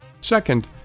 Second